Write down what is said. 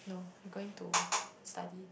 no you're going to study